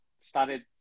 started